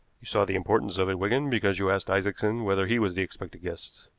you saw the importance of it, wigan, because you asked isaacson whether he was the expected guest.